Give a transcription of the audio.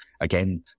again